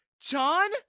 John